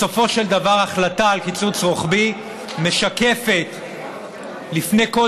בסופו של דבר החלטה על קיצוץ רוחבי משקפת לפני כל